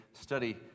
study